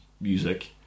music